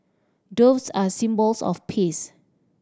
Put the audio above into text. doves are symbols of peace